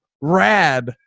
rad